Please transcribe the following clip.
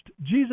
Jesus